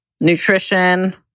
nutrition